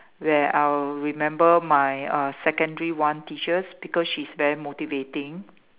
where I'll remember my uh secondary one teachers because she's very motivating